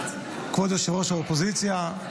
כבוד יושב-ראש האופוזיציה,